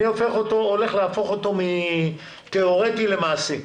אני עומד להפוך אותו מתיאורטי למעשי.